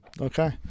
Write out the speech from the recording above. Okay